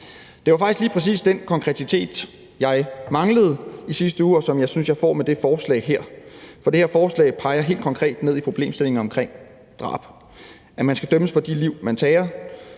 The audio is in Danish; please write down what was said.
faktisk lige præcis det konkrete, jeg manglede i sidste uge, men som jeg synes jeg får med det forslag her. For det her forslag peger helt konkret ned i problemstillingen om drab, nemlig at man skal dømmes for de liv, man tager.